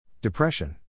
Depression